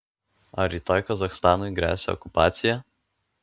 ar rytoj kazachstanui gresia okupacija